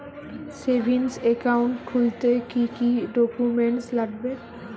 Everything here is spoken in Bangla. সেভিংস একাউন্ট খুলতে কি কি ডকুমেন্টস লাগবে?